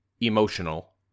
emotional